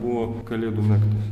buvo kalėdų naktis